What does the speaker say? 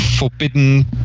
Forbidden